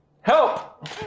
Help